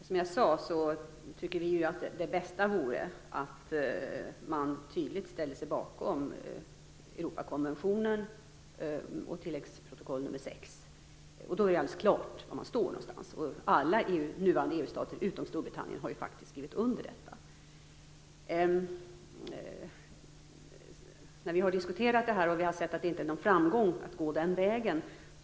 Fru talman! Som jag sade vore det bästa att man tydligt ställer sig bakom Europakonventionen och tilläggsprotokoll nr 6. Då är det alldeles klart var man står någonstans. Och alla nuvarande EU-stater utom Storbritannien har ju faktiskt skrivit under detta. Vi har diskuterat detta och märkt att det inte är någon framgång att gå den vägen.